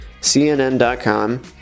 CNN.com